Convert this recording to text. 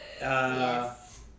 Yes